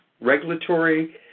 regulatory